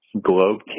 Globe